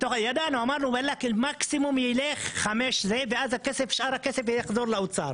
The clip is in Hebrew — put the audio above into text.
ידענו שמקסימום יילך הכסף ושאר הכסף יחזור לאוצר.